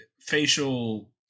facial